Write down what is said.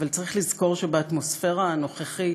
אבל צריך לזכור שבאטמוספרה הנוכחית,